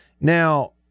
Now